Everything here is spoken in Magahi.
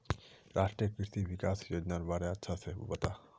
राष्ट्रीय कृषि विकास योजनार बारे अच्छा से बता